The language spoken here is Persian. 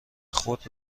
خود